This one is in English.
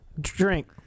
Drink